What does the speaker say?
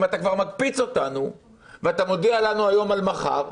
אם אתה כבר מקפיץ אותנו ואתה מודיע לנו היום על מחר,